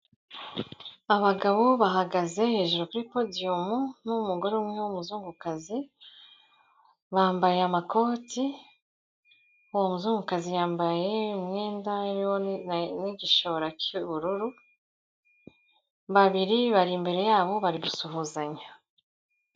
Abagabo bahagaze hejuru kuri podiyumu n'umugore umwe w'umuzungukazi, bambaye amakoti, uwo muzungukazi yambaye umwenda uriho n'igishora cy'ubururu, babiri bari imbere yabo bari gusuhuzanya.